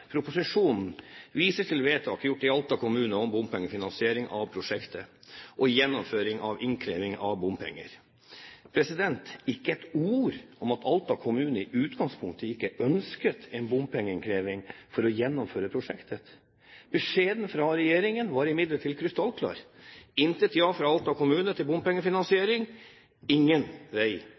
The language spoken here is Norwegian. Proposisjonen viser til vedtak gjort i Alta kommune om bompengefinansiering av prosjektet og gjennomføring av innkreving av bompenger – ikke ett ord om at Alta kommune i utgangspunktet ikke ønsket en bompengeinnkreving for å gjennomføre prosjektet. Beskjeden fra regjeringen var imidlertid krystallklar: intet ja fra Alta kommune til bompengefinansiering, ingen vei.